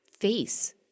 face